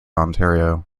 ontario